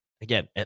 again